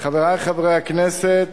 חברי חברי הכנסת,